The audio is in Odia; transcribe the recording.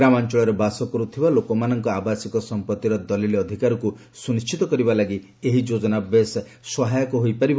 ଗ୍ରାମାଞ୍ଚଳରେ ବାସ କରୁଥିବା ଲୋକମାନଙ୍କ ଆବାସିକ ସମ୍ପତ୍ତିର ଦଲିଲ ଅଧିକାରକୁ ସୁନିଷ୍ଟିତ କରିବା ଲାଗି ଏହି ଯୋଜନା ବେଶ୍ ସହାୟକ ହୋଇପାରିବ